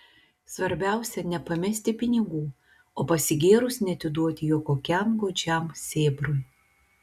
svarbiausia nepamesti pinigų o pasigėrus neatiduoti jų kokiam godžiam sėbrui